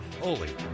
Holy